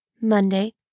Monday